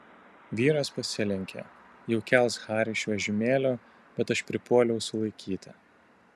vyras pasilenkė jau kels harį iš vežimėlio bet aš pripuoliau sulaikyti